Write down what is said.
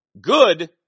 Good